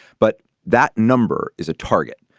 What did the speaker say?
but that number is a target.